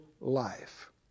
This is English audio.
life